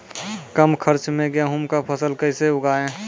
कम खर्च मे गेहूँ का फसल कैसे उगाएं?